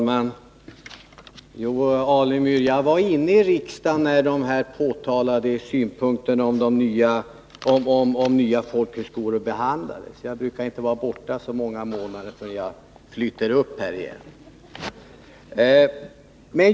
Herr talman! Jo, Stig Alemyr, jag satt i riksdagen när de här anförda synpunkterna på nya folkhögskolor behandlades. Jag brukar inte vara borta så många månader, innan jag ”flyter upp” här igen.